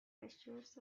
pastures